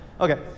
okay